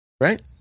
right